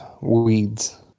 weeds